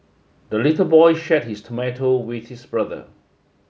the little boy shared his tomato with his brother